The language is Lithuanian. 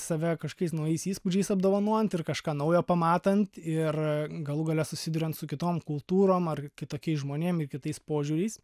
save kažkokiais naujais įspūdžiais apdovanojant ir kažką naujo pamatant ir galų gale susiduriant su kitom kultūrom ar kitokiais žmonėm ir kitais požiūriais